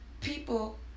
People